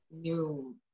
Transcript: new